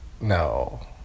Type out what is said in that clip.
no